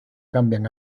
cambian